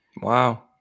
Wow